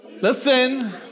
listen